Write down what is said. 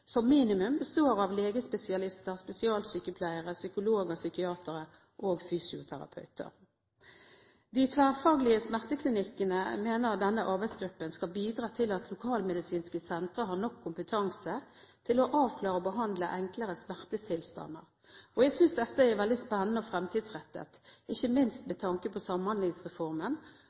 består minimum av legespesialister, spesialsykepleiere, psykologer/psykiatere og fysioterapeuter. De tverrfaglige smerteklinikkene, mener denne arbeidsgruppen, skal bidra til at lokalmedisinske sentre har nok kompetanse til å avklare og behandle enklere smertetilstander. Jeg synes dette er veldig spennende og fremtidsrettet – ikke minst med tanke på Samhandlingsreformen